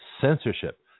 censorship